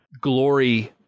Glory